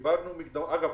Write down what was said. אגב,